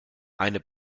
eine